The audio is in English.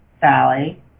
Sally